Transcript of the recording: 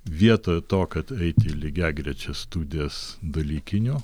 vietoj to kad eiti į lygiagrečias studijas dalykinio